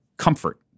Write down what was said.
Comfort